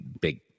big